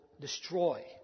destroy